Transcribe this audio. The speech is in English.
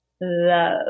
love